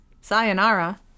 Sayonara